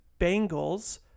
Bengals